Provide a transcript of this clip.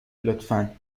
لطفا